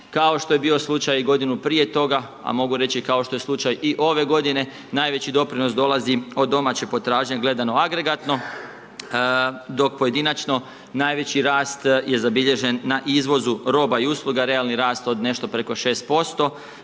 kao što je bio slučaj godinu prije toga, a mogu reći kao što je slučaj i ove g. Najveći doprinos dolazi od domaće potražnje gledano agregatno, dok pojedinačno najveći rast je zabilježen na izvozu roba i usluga, realni rast od nešto preko 6%.